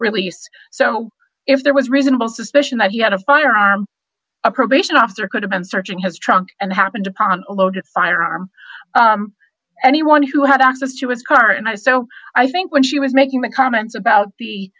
release so if there was reasonable suspicion that he had a firearm a probation officer could have been searching his trunk and happened upon a loaded firearm anyone who had access to his car and i so i think when she was making the comments about the